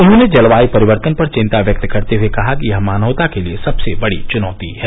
उन्होंने जलवायु परिवर्तन पर चिंता व्यक्त करते हुए कहा कि यह मानवता के लिए सबसे बड़ी चुनौती है